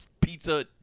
pizza